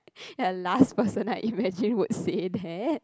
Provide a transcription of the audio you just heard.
the last person I imagine would say that